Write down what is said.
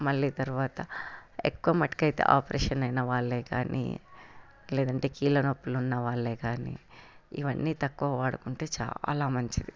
మళ్ళీ తర్వాత ఎక్కువ మట్టుకైతే ఆపరేషన్ అయిన వాళ్ళే కానీ లేదంటే కీళ్ళ నొప్పులు ఉన్నవాళ్ళే కానీ ఇవన్నీ తక్కువ వాడుకుంటే చాలా మంచిది